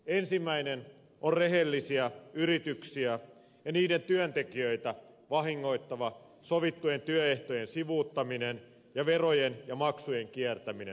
ensimmäinen on rehellisiä yrityksiä ja niiden työntekijöitä vahingoittava sovittujen työehtojen sivuuttaminen ja verojen ja maksujen kiertäminen